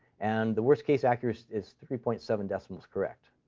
and the worst-case accuracy is three point seven decimals correct.